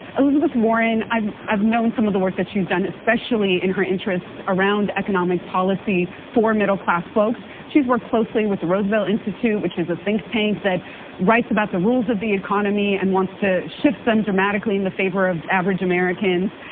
elizabeth warren, i've i've known some of the work that she's done especially in her interest around economic policy for all middle class folks. she's worked closely with the roosevelt institute, which is a think tank that writes about the rules of the economy and wants to shift them dramatically in the favor of average americans.